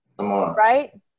right